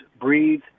breathe